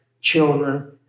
children